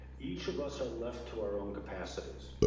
each of us are left to our own capacities.